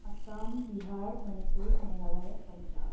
Assam Bihar Manipur Meghalaya Punjab